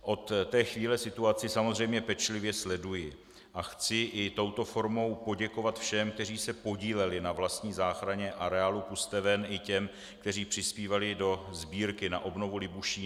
Od té chvíle situaci samozřejmě pečlivě sleduji a chci i touto formou poděkovat všem, kteří se podíleli na vlastní záchraně areálu Pusteven, i těm, kteří přispívali do sbírky na obnovu Libušína.